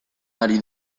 ari